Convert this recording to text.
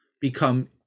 become